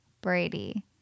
Brady